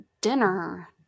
Dinner